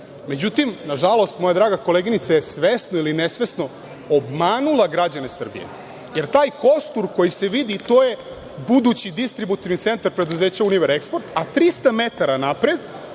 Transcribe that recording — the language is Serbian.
Međutim, nažalost, moja draga koleginica je svesno ili nesvesno obmanula građane Srbije, jer taj kostur koji se vidi, to je budući distributivni centar preduzeća „Univereksport“, a 300 metara napred,